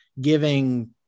giving